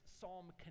psalm